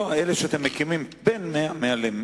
לא, אלה שאתם מקימים, בין 100 ל-150.